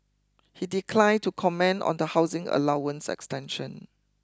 he declined to comment on the housing allowance extension